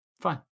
fine